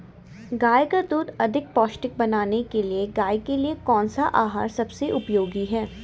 गाय का दूध अधिक पौष्टिक बनाने के लिए गाय के लिए कौन सा आहार सबसे उपयोगी है?